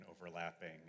overlapping